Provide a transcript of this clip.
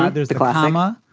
ah there's the clawhammer.